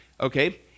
okay